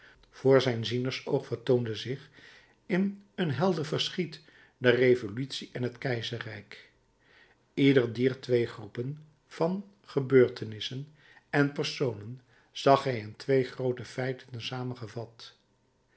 voor zijn zienersoog vertoonden zich in een helder verschiet de revolutie en het keizerrijk ieder dier twee groepen van gebeurtenissen en personen zag hij in twee groote feiten samengevat